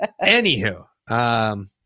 Anywho